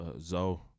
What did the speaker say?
Zoe